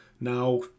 Now